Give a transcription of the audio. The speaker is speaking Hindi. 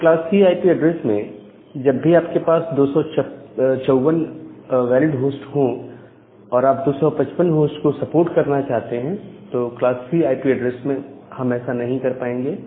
तो क्लास C आईपी एड्रेस में जब भी आपके पास 254 वैलिड होस्ट हो और आप 255 होस्ट को सपोर्ट करना चाहते हैं तो क्लास C आईपी एड्रेस में हम ऐसा नहीं कर पाएंगे